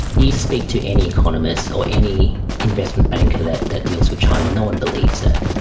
you speak to any economist or any investment banker that that deals with china, no one believes that.